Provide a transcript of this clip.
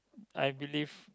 I believe